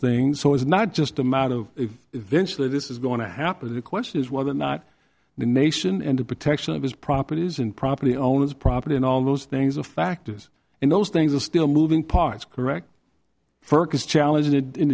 things so it's not just a matter of if eventually this is going to happen the question is whether or not the nation and the protection of his properties and property owner's property and all those things are factors in those things are still moving parts correct fergus challenged it in